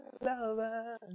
lover